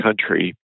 country